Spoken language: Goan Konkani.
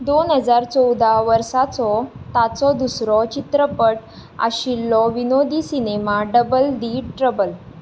दोन हजार चवदा वर्साचो ताचो दुसरो चित्रपट आशिल्लो विनोदी सिनेमा डबल दी ट्रबल